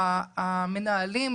המנהלים,